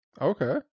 Okay